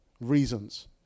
reasons